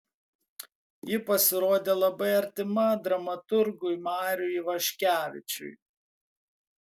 ji pasirodė labai artima dramaturgui mariui ivaškevičiui